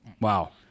Wow